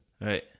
Right